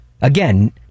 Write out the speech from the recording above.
Again